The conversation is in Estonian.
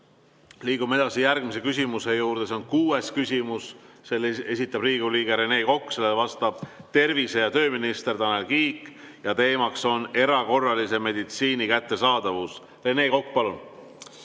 Liigume edasi järgmise küsimuse juurde. See on kuues küsimus, selle esitab Riigikogu liige Rene Kokk, sellele vastab tervise- ja tööminister Tanel Kiik ning teema on erakorralise meditsiini kättesaadavus. Rene Kokk, palun!